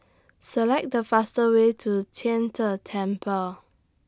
Select The faster Way to Tian De Temple